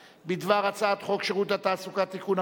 הצעת חוק שירות התעסוקה (תיקון,